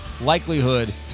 likelihood